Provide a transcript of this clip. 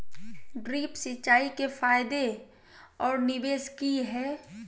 Drip सिंचाई के फायदे और निवेस कि हैय?